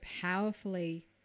powerfully